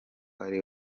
ari